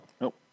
Nope